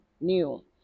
new